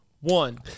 one